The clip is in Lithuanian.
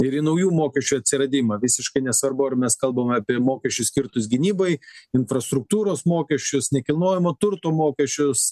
ir į naujų mokesčių atsiradimą visiškai nesvarbu ar mes kalbam apie mokesčius skirtus gynybai infrastruktūros mokesčius nekilnojamo turto mokesčius